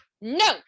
No